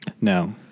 No